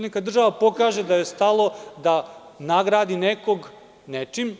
Neka država pokaže da joj je stalo da nagradi nekoga nečim.